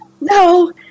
no